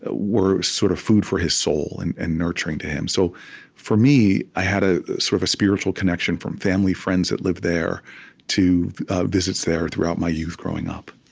ah were sort of food for his soul and and nurturing to him. so for me, i had a sort of spiritual connection, from family friends that lived there to visits there throughout my youth, growing up